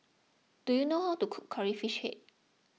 do you know how to cook Curry Fish Head